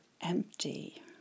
empty